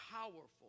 Powerful